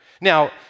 Now